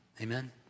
Amen